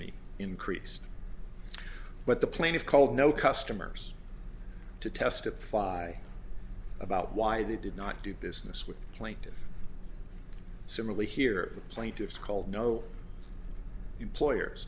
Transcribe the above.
me increased but the plaintiffs called no customers to testify about why they did not do business with plaintive similarly here the plaintiffs called no employers